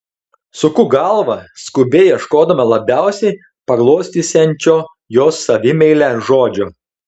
suku galvą skubiai ieškodama labiausiai paglostysiančio jos savimeilę žodžio